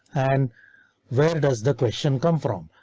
and where does the question come from?